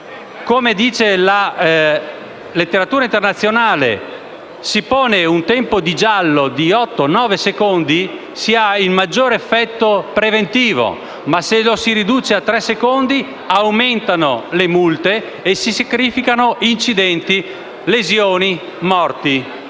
come dice la letteratura internazionale si pone un tempo di giallo di otto o nove secondi, si ha il maggiore effetto preventivo; ma, se lo si riduce a tre secondi, aumentano le multe e si sacrifica la riduzione di incidenti, lesioni e morti.